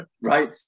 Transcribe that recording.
right